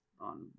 on